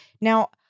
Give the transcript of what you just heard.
Now